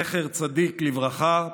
זכר צדיק לברכה,